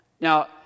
Now